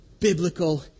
biblical